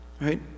Right